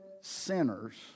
sinners